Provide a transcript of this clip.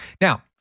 Now